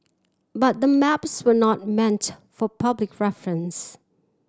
but the maps were not meant for public reference